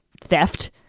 theft